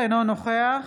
אינו נוכח